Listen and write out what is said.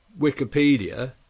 Wikipedia